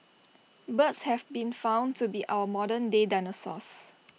birds have been found to be our modern day dinosaurs